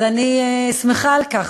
אני שמחה על כך.